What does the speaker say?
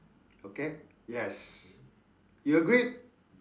okay yes you agree